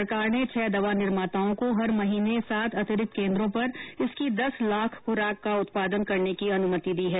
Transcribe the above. सरकार ने छह दवा निर्माताओं को हर महीने सात अतिरिक्त केंद्रों पर इसकी दस लाख खुराक उत्पादन करने की अनुमति दी है